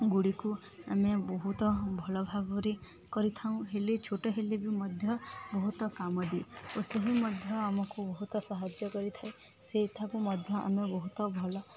ଗୁଡ଼ିକୁ ଆମେ ବହୁତ ଭଲ ଭାବରେ କରିଥାଉଁ ହେଲେ ଛୋଟ ହେଲେ ବି ମଧ୍ୟ ବହୁତ କାମ ଦିଏ ଓ ସେ ବି ମଧ୍ୟ ଆମକୁ ବହୁତ ସାହାଯ୍ୟ କରିଥାଏ ସେଇଠାକୁ ମଧ୍ୟ ଆମେ ବହୁତ ଭଲ